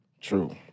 True